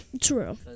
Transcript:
True